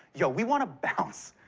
yo, we wanna bounce.